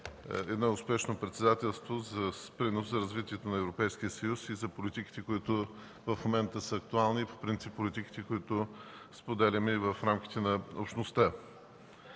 едно успешно председателство с принос за развитието на Европейския съюз и за политиките, които в момента са актуални и по принцип политиките, които споделяме и в рамките на общността.